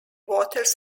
waters